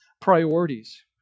priorities